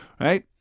Right